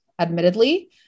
admittedly